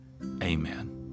Amen